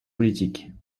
politiques